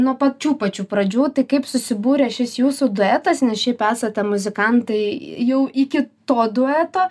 nuo pačių pačių pradžių tai kaip susibūrė šis jūsų duetas nes šiaip esate muzikantai jau iki to dueto